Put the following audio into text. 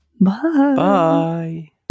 Bye